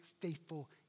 faithful